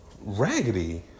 raggedy